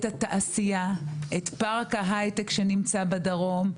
את התעשייה, את פארק ההייטק שנמצא בדרום,